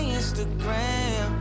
Instagram